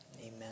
Amen